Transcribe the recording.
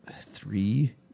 three